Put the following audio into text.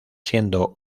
siendo